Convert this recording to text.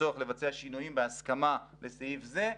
הצורך לבצע שינויים בהסכמה לסעיף זה.